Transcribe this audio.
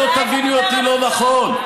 שלא תביני אותי לא נכון,